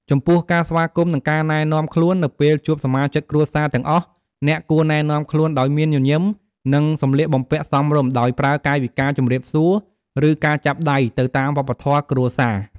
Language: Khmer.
ចំពោះ ការស្វាគមន៍និងការណែនាំខ្លួន នៅពេលជួបសមាជិកគ្រួសារទាំងអស់ អ្នកគួរណែនាំខ្លួនដោយមានញញឹម និងសម្លៀកបំពាក់សមរម្យ ដោយប្រើកាយវិការជំរាបសួរ ឬការចាប់ដៃ ទៅតាមវប្បធម៍គ្រួសារ។